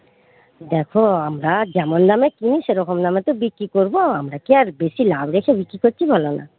দেখো আমরা যেমন দামে কিনি সেরকম দামে তো বিক্রি করব আমরা কি আর বেশি লাভ রেখে বিক্রি করছি বলো না